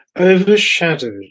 overshadowed